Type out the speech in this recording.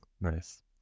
Nice